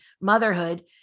motherhood